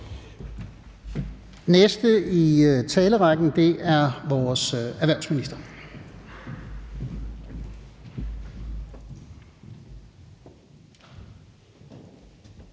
næste i talerrækken er vores erhvervsminister.